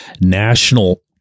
national